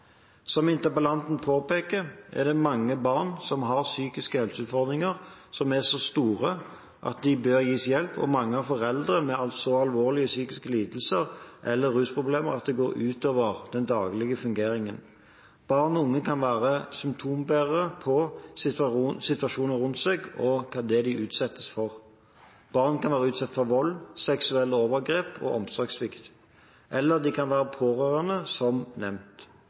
Som interpellanten påpeker, er det mange barn som har psykiske helseutfordringer som er så store at de bør gis hjelp, og mange har foreldre med så alvorlige psykiske lidelser eller rusproblemer at det går ut over daglig fungering. Barn og unge kan være symptombærere på situasjonen rundt seg og det de utsettes for. Barn kan være utsatt for vold, seksuelle overgrep og omsorgssvikt, eller de kan være pårørende, som nevnt.